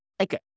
Okay